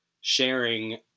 sharing